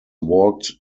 walked